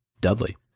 Dudley